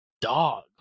Dog